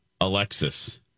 Alexis